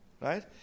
Right